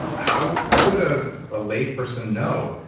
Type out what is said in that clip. um how how would a ah lay person know?